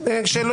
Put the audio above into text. להתייחס.